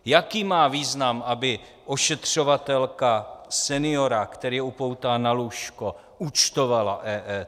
Jaký má význam, aby ošetřovatelka seniora, který je upoután na lůžko, účtovala EET?